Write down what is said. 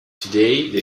today